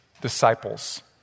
disciples